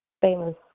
famous